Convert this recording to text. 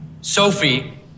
Sophie